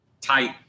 tight